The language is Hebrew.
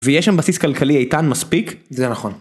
ויש שם בסיס כלכלי איתן מספיק, זה נכון.